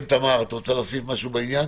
כן, תמר, את רוצה להוסיף משהו בעניין?